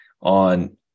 on